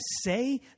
say